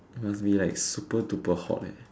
must be like super duper hot